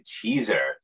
teaser